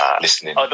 listening